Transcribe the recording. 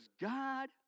god